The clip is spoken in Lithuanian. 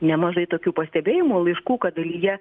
nemažai tokių pastebėjimų laiškų kad dalyje